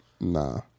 Nah